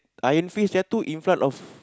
Iron Fist there are two in front of